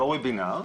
בוובינר,